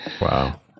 Wow